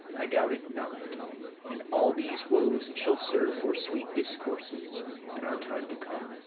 i doubt it not and all these woes shall serve for sweet discourses in our time to come.